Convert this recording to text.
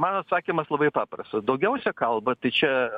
mano atsakymas labai paprastas daugiausia kalba tai čia